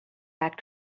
back